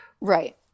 Right